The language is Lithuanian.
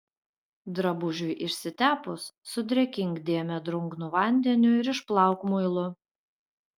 drabužiui išsitepus sudrėkink dėmę drungnu vandeniu ir išplauk muilu